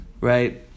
right